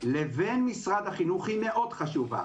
לבין משרד החינוך היא מאוד חשובה.